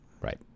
Right